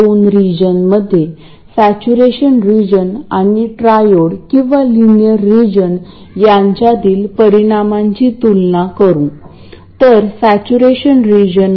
dc साठी ते ड्रेनमध्ये जाणे आवश्यक आहे आणि ac साठी ते Vs Rs जे मुळात सिग्नल सोर्स आहे त्यामधून जाणे आवश्यक आहे